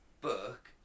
book